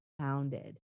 founded